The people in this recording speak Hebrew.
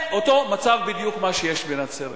זה בדיוק המצב בנצרת.